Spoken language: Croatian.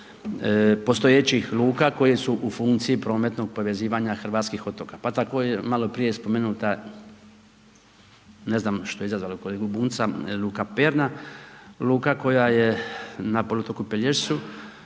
luka koja je na poluotoku Pelješcu,